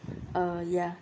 uh ya